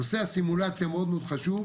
נושא הסימולציה מאוד מאוד חשוב.